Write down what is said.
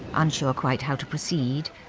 unsure quite how to proceed,